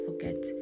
forget